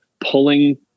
pulling